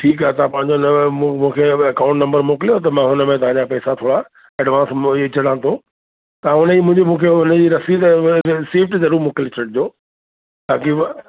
ठीकु आहे तव्हां पंहिंजो नव मूं मूंखे ए अकाऊंट नम्बर मोकिलियो त मां हुनमें तव्हांजा पेसा थोरा एडवांस मि विझी छॾियां थो तव्हां उनजी मुंहिंजी मूंखे उनजी रसीद व अ रसीट ज़रूर मोकिले छॾिजो ताकि मां